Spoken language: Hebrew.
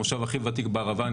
המושב הכי ותיק בערבה,